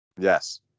Yes